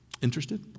Interested